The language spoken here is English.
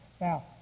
Now